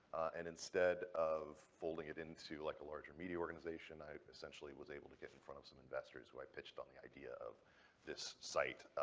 and instead of folding it into like a larger media organization, i essentially was able to get in front of some investors who i pitched on the idea of this site,